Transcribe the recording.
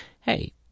Hey